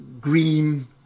green